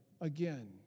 again